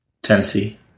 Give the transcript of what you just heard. Tennessee